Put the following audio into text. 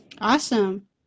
awesome